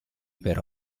per